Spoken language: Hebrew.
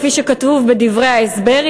כפי שכתוב בדברי ההסבר,